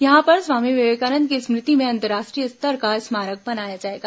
यहां पर स्वामी विवेकानंद की स्मृति में अंतर्राष्ट्रीय स्तर का स्मारक बनाया जाएगा